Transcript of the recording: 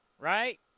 Right